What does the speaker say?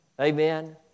Amen